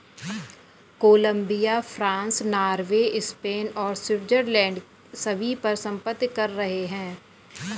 Colombia, France, Norway, Spain और Switzerland सभी पर संपत्ति कर हैं